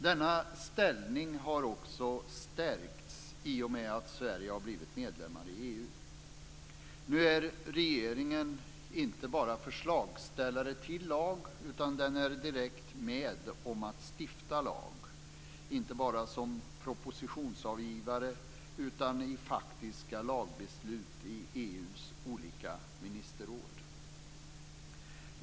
Denna ställning har också stärkts i och med att Sverige har blivit medlem i EU. Nu är regeringen inte bara förslagsställare till lag. Den är också direkt med om att stifta lag inte bara som propositionsavgivare utan i faktiska lagbeslut i EU:s olika ministerråd.